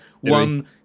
One